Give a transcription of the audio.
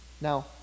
Now